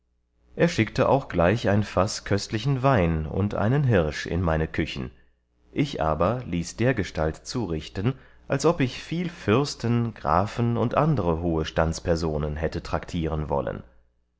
er schickte auch gleich ein faß köstlichen wein und einen hirsch in meine küchen ich aber ließ dergestalt zurichten als ob ich viel fürsten grafen und andere hohe standspersonen hätte traktieren wollen